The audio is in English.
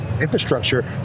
infrastructure